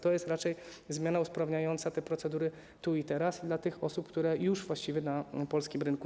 To jest raczej zmiana usprawniająca te procedury tu i teraz i dla tych osób, które już właściwie są na polskim rynku.